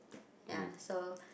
ya so